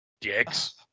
Dicks